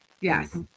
Yes